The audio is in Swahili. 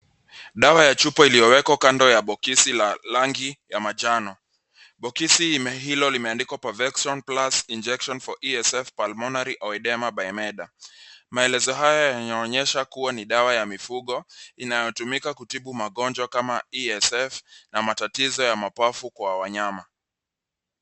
Dawa ya chupa iliyowekwa kando ya bokisi la rangi ya manjano. Bokisi hilo limeandikwa Parvexon Plus Injection for E.C.F. Pulmonary Oedema Bimeda [cs}. Maelezo hayo yanaonyesha kuwa ni dawa ya mifugo inayotumika kutibu magonjwa kama ECF na matatizo ya mapafu kwa wanyama.